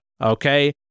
Okay